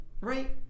Right